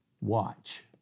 Watch